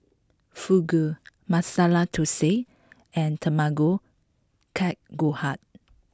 Fugu Masala Dosa and Tamago kake gohan